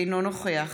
אינו נוכח